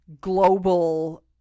global